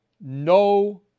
no